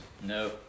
No